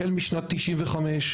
החל משנת 1995,